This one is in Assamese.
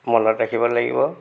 মনত ৰাখিব লাগিব